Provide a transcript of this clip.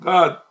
God